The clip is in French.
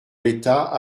l’état